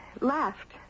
laughed